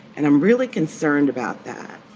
and i'm really concerned about that.